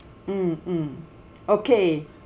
mm mm okay